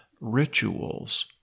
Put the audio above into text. rituals